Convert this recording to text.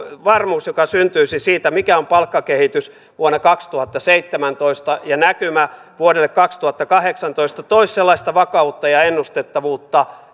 varmuus joka syntyisi siitä mikä on palkkakehitys vuonna kaksituhattaseitsemäntoista ja näkymä vuodelle kaksituhattakahdeksantoista toisi sellaista vakautta ja ennustettavuutta